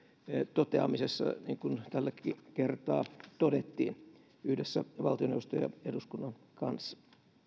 toteamisessa niin kuin tälläkin kertaa todettiin yhdessä valtioneuvoston ja eduskunnan kanssa